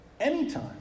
anytime